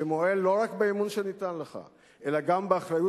שמועל לא רק באמון שניתן לך אלא גם באחריות